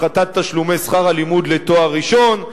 הפחתת תשלומי שכר הלימוד לתואר ראשון,